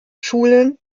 schulen